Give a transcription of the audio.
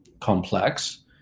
complex